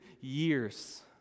years